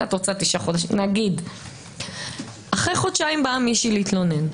אחרי חודשיים באה מישהי להתלונן.